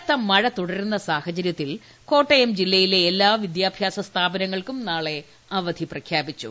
കനത്ത മഴ തുടരുന്ന സാഹചരൃത്തിൽ കോട്ടയം ജില്ലയിലെ എല്ലാ വിദ്യാഭ്യാസ സ്ഥാപനങ്ങൾക്ക് നാളെ അവധി പ്രഖ്യാപിച്ചു